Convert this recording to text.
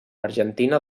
argentina